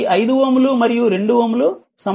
ఈ 5 Ω మరియు 2 Ω సమాంతరంగా ఉన్నాయి